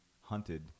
hunted